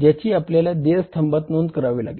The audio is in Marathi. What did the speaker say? ज्याची आपल्याला देय स्तंभात नोंद करावी लागेल